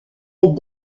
est